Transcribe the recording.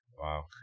Wow